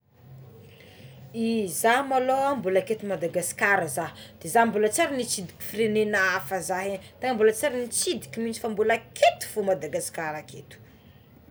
Za maloha mbola aketo Madagasikara za za mbola tsy ary nitsidika firenena afa zay é mbola tsy ary nitsidika mihintsy fa mbola aketo fogna Madagasikara aketo.